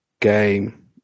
game